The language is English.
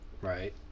Right